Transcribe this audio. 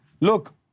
Look